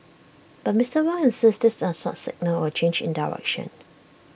but Mister Wong insists this does not signal A change in direction